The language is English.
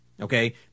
okay